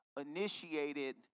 initiated